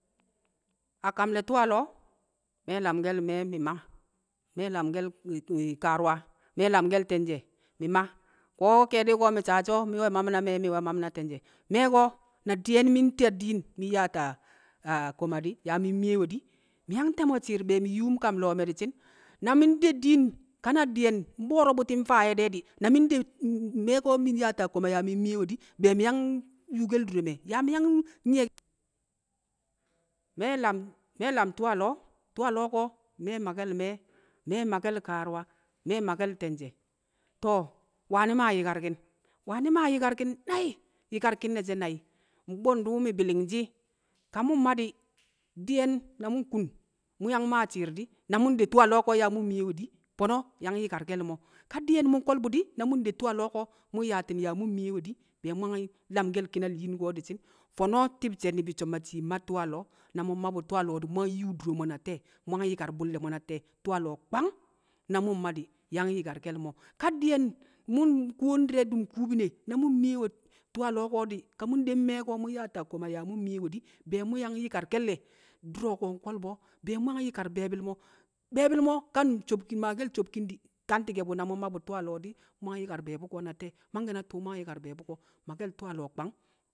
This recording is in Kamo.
A kam ne̱ tu̱u̱ a lo̱o̱, me̱ lamke̱l me̱e̱ mi̱ ma. Me̱ lamke̱l kaaru̱wa, me̱ lamke̱l tẹnjẹ mi̱ ma. Ko̱ ke̱e̱du̱ ko̱ mi̱ saa so̱, me̱ mam na me̱e̱, me̱ mam na te̱nje̱. Me̱e̱ ko̱ na di̱ye̱n mi̱ nta diin mi̱ nyaata a- a koma di̱, yaa mi̱ mmiyewe di̱, mi̱ yang te̱mo̱shi̱ be̱e̱ mi̱ yuum kam lo̱o̱ me̱ di̱shi̱n. Na mi̱ nde diin ka na di̱yẹn nbo̱o̱ro̱ bu̱ti̱ nfayẹ de̱ di̱, na mi̱ nde me̱e̱ ko̱ mi̱ nyaata koma yaa mi̱ mmiyewe di̱, be̱e̱ mi̱ yang yuukel dure mẹ, yaa mi̱ yang nyi̱ye̱. Me̱ lam tu̱u̱ a lo̱o̱, tu̱u̱ a lo̱o̱ ko̱, me̱ makkẹl me̱, me̱ makKel Kaaru̱wa, me̱ makke̱l te̱nje̱ To̱, wani̱ maa yi̱karki̱n, wani̱ maa yi̱karki̱n nai̱. Yi̱karki̱n ne̱ she̱ nai̱, mbwe̱ndu̱ wu̱ mi̱ bi̱li̱ng shi̱, ka mu̱ mma di̱, di̱ye̱n na mu̱ nkun mu̱ yang maa shi̱i̱r di̱, na mu̱ nde tu̱u̱ a lo̱o̱ ko̱ yaa mu̱ mmiyewe di̱, fo̱no̱ yang yi̱karke̱l mo̱, ka di̱ye̱n mu̱ nko̱l bu̱ di̱, na mu̱ nde tu̱u̱ a lo̱o̱ mu̱ nyaati̱n yaa mu̱ mmiyewe di̱, be̱e̱ mu̱ yang lamke̱l Ki̱nal yin ko̱ di̱shi̱n. Fo̱no̱ ti̱bshe̱ ni̱bi̱ so̱ ma shii ma tu̱u̱ a lo̱o̱. Na mu̱ mma bu̱ tu̱u̱ a lo̱o̱ di̱, mu̱ yang yuu dure mo̱ na te̱e̱? Mu̱ yang yi̱kar bu̱lle̱ mo̱ na te̱e̱?. Tu̱u̱ a lo̱o̱ kwang, na mu̱ mma di̱ yang yi̱karke̱l mo̱. Ka di̱yẹn mu̱ nkuwo ndi̱re̱ dum kukune, na mu̱ mmiyewe tu̱u̱ a lo̱o̱ ko̱ di̱, ka mu̱ nde me̱e̱ ko̱ di̱ nyaata koma be̱e̱ mu̱ mmiyewe di̱, mu̱ yang yi̱karke̱le̱ du̱ro̱ ko̱ nko̱l bu̱ o̱, be̱e̱ mu̱ yang yi̱kar be̱e̱bi̱l mo̱, be̱e̱bi̱l mo̱ ka nkam sobkin, ka mmaake̱l sobkin di̱, kanti̱ ke̱ bu̱, na mu̱ mma bu̱ tu̱u̱ a lo̱o̱ di, mu̱ yang yi̱kar be̱e̱bu̱ ko̱ na te̱e̱? Mangke̱ na tu̱u̱ mu̱ yang yi̱kar be̱e̱bu̱ ko̱. Make̱l tu̱u̱ a lo̱o̱ kwang.